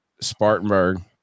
spartanburg